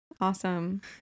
Awesome